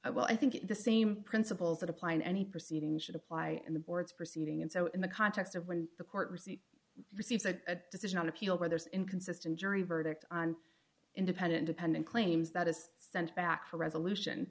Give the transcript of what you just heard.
i well i think the same principles that apply in any proceeding should apply and the board's proceeding and so in the context of when the court receives receives a decision on appeal where there's inconsistent jury verdict on independent dependent claims that is sent back a resolution